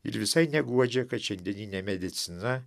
ir visai neguodžia kad šiandieninė medicina